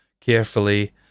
carefully